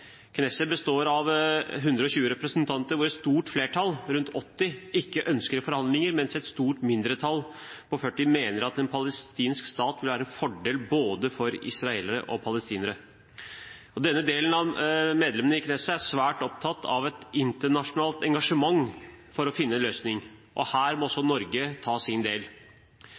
Knesset består av 120 representanter, hvor et stort flertall, rundt 80, ikke ønsker forhandlinger, mens et stort mindretall, på 40, mener at en palestinsk stat vil være en fordel både for israelere og palestinere. Denne delen av medlemmene i Knesset er svært opptatt av et internasjonalt engasjement for å finne en løsning, og her må også